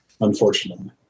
Unfortunately